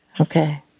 Okay